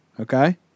Okay